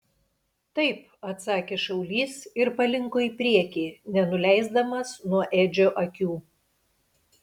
taip atsakė šaulys ir palinko į priekį nenuleisdamas nuo edžio akių